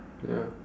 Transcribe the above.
ya